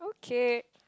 K